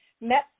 met